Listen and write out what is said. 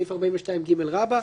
סעיף 42ג רבתי.